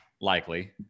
Likely